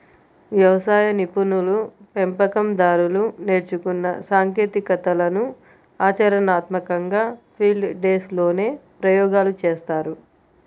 వ్యవసాయ నిపుణులు, పెంపకం దారులు నేర్చుకున్న సాంకేతికతలను ఆచరణాత్మకంగా ఫీల్డ్ డేస్ లోనే ప్రయోగాలు చేస్తారు